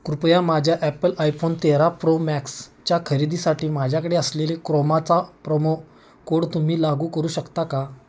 कृपया माझ्या Apple iPhone तेरा प्रो मॅक्सच्या खरेदीसाठी माझ्याकडे असलेले क्रोमाचा प्रोमो कोड तुम्ही लागू करू शकता का